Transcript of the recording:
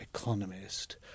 economist